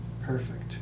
Perfect